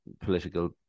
political